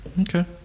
Okay